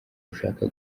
ushaka